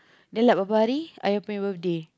dia lat berapa hari Ayi punya birthday